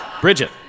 Bridget